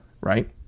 Right